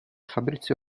fabrizio